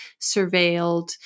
surveilled